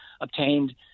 obtained